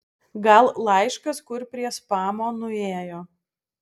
gal laiškas kur prie spamo nuėjo